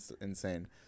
insane